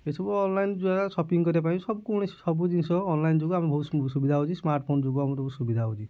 ଏ ସବୁ ଅନଲାଇନ୍ ଦ୍ୱାରା ଶପିଙ୍ଗ୍ କରିବା ପାଇଁ ସବୁ କୌଣସି ସବୁ ଜିନିଷ ଅନଲାଇନ୍ ଯୋଗୁଁ ଆମେ ବହୁତ ସୁବିଧା ହେଉଛି ସ୍ମାର୍ଟଫୋନ୍ ଯୋଗୁଁ ଆମର ବହୁତ ସୁବିଧା ହେଉଛି